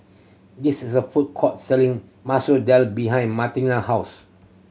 this is a food court selling Masoor Dal behind Martine house